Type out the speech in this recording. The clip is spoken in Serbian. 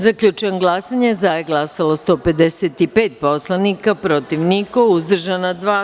Zaključujem glasanje: za - 155 poslanika, protiv - niko, uzdržana - dva.